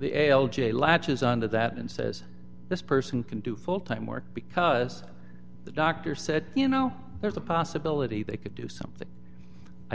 the a l j latches on to that and says this person can do full time work because the doctor said you know there's a possibility they could do something i